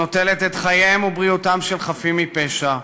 הנוטלת את חייהם ובריאותם של חפים מפשע.